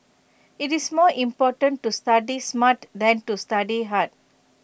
IT is more important to study smart than to study hard